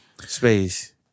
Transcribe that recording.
space